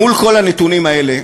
מול כל הנתונים האלה,